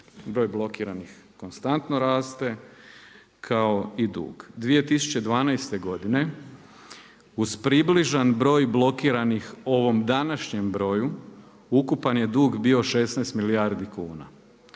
Broj blokiranih konstantno raste kao i dug. 2012. godine uz približan broj blokiranih ovom današnjem broju ukupan je dug bio 16 milijardi kuna,